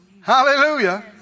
Hallelujah